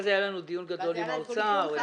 ואז היה תיקון חקיקה.